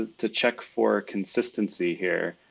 ah to check for consistency here.